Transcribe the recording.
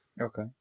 Okay